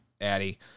Addy